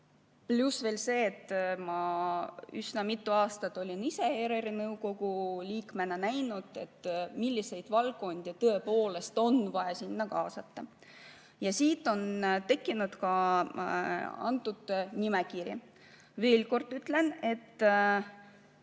Pluss veel see, et ma üsna mitu aastat ise ERR-i nõukogu liikmena nägin, milliseid valdkondi tõepoolest on vaja sinna kaasata. Siit on tekkinud ka antud nimekiri. Veel kord ütlen, et